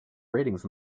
ratings